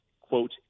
quote